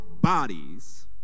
bodies